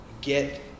get